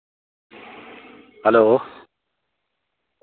hello